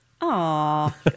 Aw